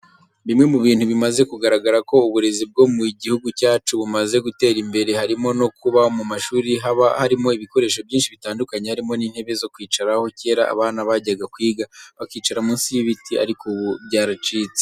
Bimwe mu bintu bimaze kugaragaza ko uburezi bwo mu gihugu cyacu bumaze gutera imbere, harimo no kuba mu mashuri haba harimo ibikoresho byinshi bitandukanye harimo n'intebe zo kwicaraho. Kera abana bajyaga kwiga bakicara munsi y'ibiti ariko ubu byaracitse.